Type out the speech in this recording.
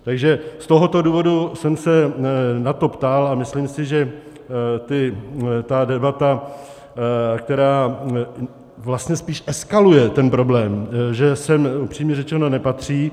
Takže z tohoto důvodu jsem se na to ptal a myslím si, že ta debata, která vlastně spíš eskaluje ten problém, sem upřímně řečeno nepatří.